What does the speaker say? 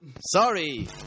Sorry